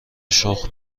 شخم